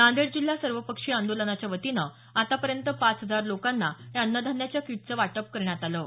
नांदेड जिल्हा सर्वपक्षीय आंदोलनच्या वतीनं आतापर्यंत पाच हजार लोकांना हे अन्नधान्याच्या कीटचं वाटप करण्यात आलं आहे